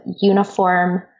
uniform